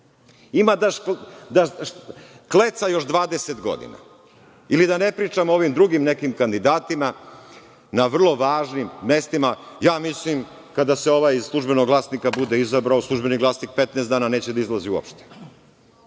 Ima da kleca još 20 godina. Ili, da ne pričam o ovim nekim drugim kandidatima na vrlo važnim mestima. Ja mislim kada se ovaj iz „Službenog glasnika“ bude izabrao, „Službeni glasnik“ 15 dana neće da izlazi uopšte.